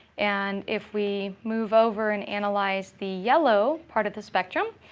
and if we move over and analyze the yellow part of the spectrum,